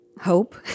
hope